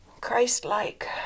Christ-like